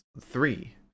three